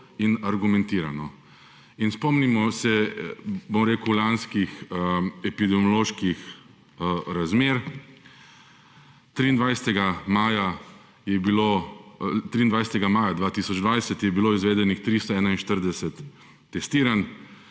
in argumentirano. Spomnimo se lanskih epidemioloških razmer. 23. maja 2020 je bilo izvedenih 341 testiranj,